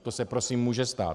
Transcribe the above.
To se prosím může stát.